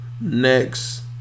next